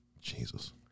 Jesus